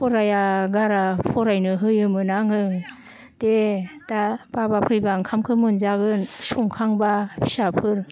फरायागारा फरायनो होयोमोन आङो दे दा बाबा फैब्ला ओंखामखो मोनजागोन संखांब्ला फिसाफोर